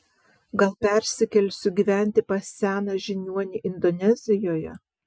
gal persikelsiu gyventi pas seną žiniuonį indonezijoje